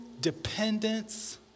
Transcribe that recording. dependence